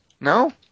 No